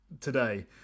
today